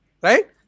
Right